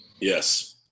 Yes